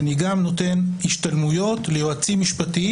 אני גם נותן השתלמויות ליועצים משפטיים